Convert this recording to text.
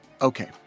okay